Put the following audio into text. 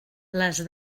les